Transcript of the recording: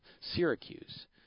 Syracuse